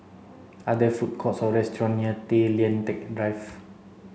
are there food courts or restaurants near Tay Lian Teck Drive